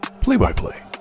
Play-by-play